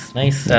nice